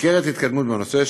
ניכרת התקדמות בנושא,